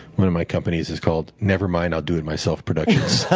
one of my companies is called never mind, i'll do it myself productions.